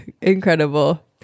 Incredible